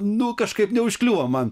nu kažkaip neužkliuvo man